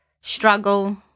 struggle